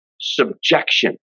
Subjection